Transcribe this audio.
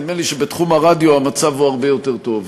נדמה לי שבתחום הרדיו המצב הרבה יותר טוב.